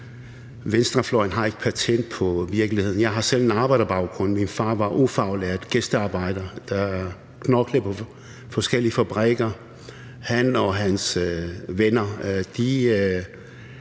venstrefløjen har ikke patent på virkeligheden. Jeg har selv en arbejderbaggrund, min far var ufaglært gæstearbejder, der knoklede på forskellige fabrikker. Jeg ved,